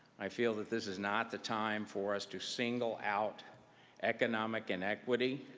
i feel that this is not the time for us to single out economic inequity,